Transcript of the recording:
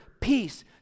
peace